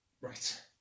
right